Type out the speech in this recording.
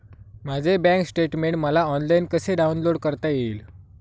माझे bank statement मला online कसे डाउनलोड करता येईल?